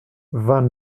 vingt